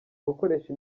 gukoresha